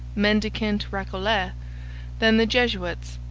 mendicant recollets than the jesuits,